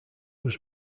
was